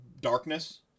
darkness